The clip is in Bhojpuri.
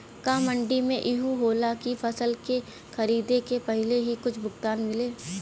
का मंडी में इहो होला की फसल के खरीदे के पहिले ही कुछ भुगतान मिले?